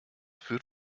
führt